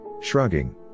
Shrugging